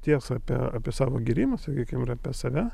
tiesą apie apie savo gėrimą sakykim ir apie save